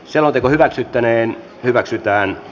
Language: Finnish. selonteko hyväksyttiin